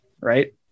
right